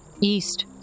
East